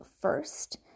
first